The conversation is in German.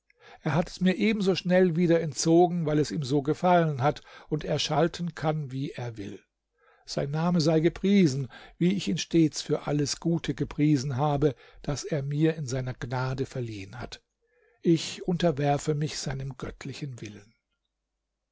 er hat es mir ebenso schnell wieder entzogen weil es ihm so gefallen hat und er schalten kann wie er will sein name sei gepriesen wie ich ihn stets für alles gute gepriesen habe das er mir in seiner gnade verliehen hat ich unterwerfe mich seinem göttlichen willen